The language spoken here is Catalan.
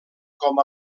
com